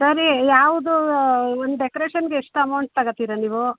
ಸರಿ ಯಾವುದು ಒಂದು ಡೆಕೋರೇಷನ್ಗೆ ಎಷ್ಟು ಅಮೌಂಟ್ ತಗೊತೀರಾ ನೀವು